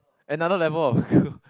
another level of